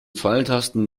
pfeiltasten